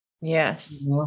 Yes